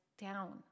down